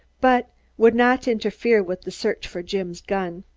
but would not interfere with the search for jim's gun.